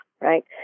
right